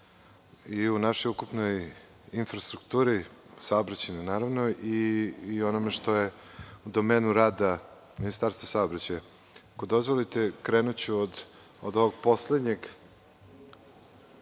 i u našoj ukupnoj infrastrukturi, saobraćajnoj naravno, i u onome što je u domenu rada Ministarstva saobraćaja. Ako dozvolite, krenuću od ovog poslednjeg.